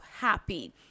happy